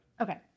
Okay